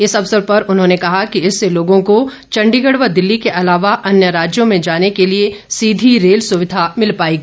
इस अवसर पर उन्होंने कहा कि इससे लोगों को चण्डीगढ़ व दिल्ली के अलावा अन्य राज्यों में जाने के लिए सीधी रेल सुविधा मिल पाएगी